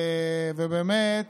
ובאמת